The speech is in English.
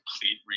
complete